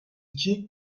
iki